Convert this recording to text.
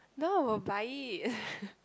no one will buy it